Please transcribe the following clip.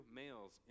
males